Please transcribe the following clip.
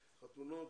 חתונות,